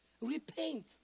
Repaint